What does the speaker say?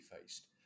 faced